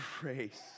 grace